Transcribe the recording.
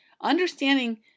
understanding